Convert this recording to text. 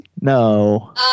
No